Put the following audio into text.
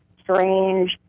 strange